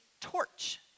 torch